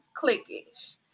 clickish